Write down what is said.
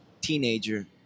teenager